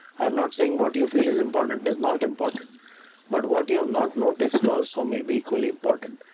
not saying what you feel is important is not important, but what you not notice also may be equally important.